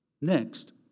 Next